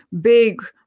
big